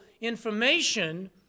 information